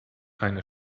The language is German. eine